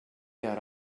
got